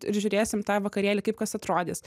ir žiūrėsim tą vakarėlį kaip kas atrodys